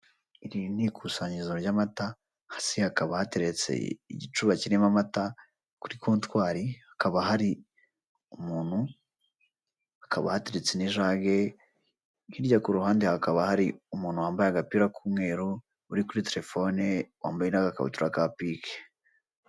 Iri ni ikusanyirizo ry'amata, hasi hakaba hateretse igicuba kirimo amata, kuri kontwari hakaba hari umuntu, hakaba hateretse n'ijage, hirya ku ruhande hakaba hari umuntu wambaye agapira k'umweru uri kuri telefone wambaye n'agakabutura kapinki.